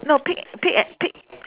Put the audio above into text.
no pick pick a~ pick